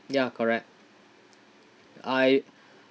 ya correct I